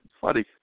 funny